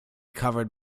covered